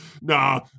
Nah